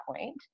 point